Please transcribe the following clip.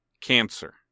Cancer